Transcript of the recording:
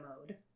mode